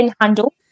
handle